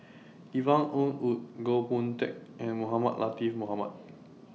Yvonne Ng Uhde Goh Boon Teck and Mohamed Latiff Mohamed